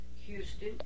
Houston